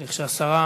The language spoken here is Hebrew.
הבריאות והרווחה,